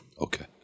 Okay